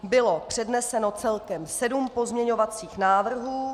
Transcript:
Bylo předneseno celkem sedm pozměňovacích návrhů.